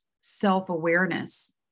self-awareness